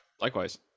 likewise